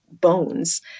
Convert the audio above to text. bones